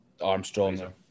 Armstrong